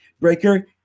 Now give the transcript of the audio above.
Breaker